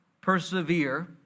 persevere